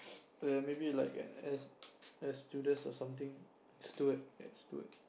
maybe like an air air stewardess or something steward ya steward